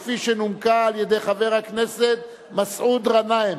שנומקה על-ידי חבר הכנסת מסעוד גנאים.